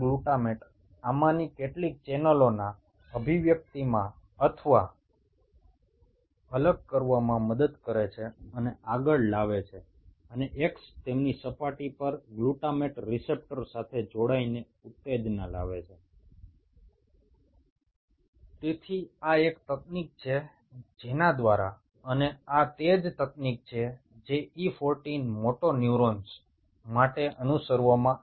glutamate এই ধরনের চ্যানেলগুলোর এক্সপ্রেশন এবং ডিফারেন্সিয়েশনে সাহায্য করে এবং এগুলির উপরিভাগে অবস্থিত গ্লুটামেট রিসেপ্টরের সাথে আবদ্ধ হয়ে উত্তেজনা